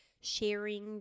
sharing